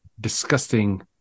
disgusting